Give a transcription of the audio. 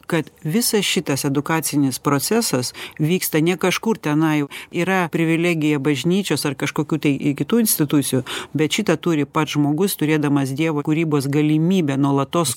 kad visas šitas edukacinis procesas vyksta ne kažkur tenai yra privilegija bažnyčios ar kažkokių tai ir kitų institucijų bet šitą turi pats žmogus turėdamas dievo kūrybos galimybę nuolatos